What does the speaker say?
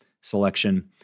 selection